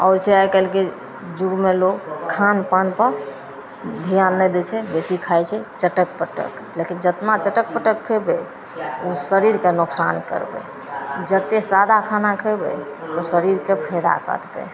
आओर छै आइकाल्हिके जुगमे लोग खानपानपर धिआन नहि दै छै बेसी खाके चटक पटक लेकिन जतना चटक पटक खएबै ओ शरीरके नोकसान करतै जबकि सादा खाना खएबै तऽ ओ शरीरके फैदा करतै